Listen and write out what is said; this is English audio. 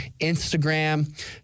Instagram